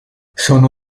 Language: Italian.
sono